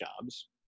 jobs